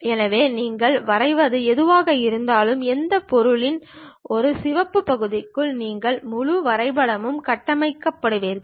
எனவே நீங்கள் வரைவது எதுவாக இருந்தாலும் அந்த பொருளின் இந்த சிவப்பு பகுதிக்குள் நீங்கள் முழு வரைபடமும் கட்டமைக்கப்படுவீர்கள்